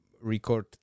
record